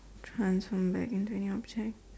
transform back into any object